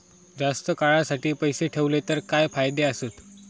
जास्त काळासाठी पैसे ठेवले तर काय फायदे आसत?